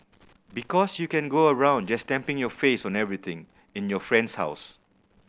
because you can go around just stamping your face on everything in your friend's house